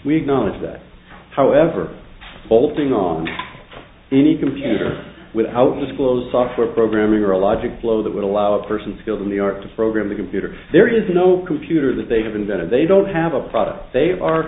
acknowledge that however bolting on any computer without disclosed software programming or a logic flow that would allow a person skilled in the art to program the computer there is no computer that they have invented they don't have a product they are